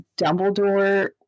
Dumbledore